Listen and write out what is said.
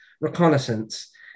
reconnaissance